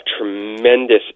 tremendous